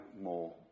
more